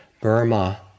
Burma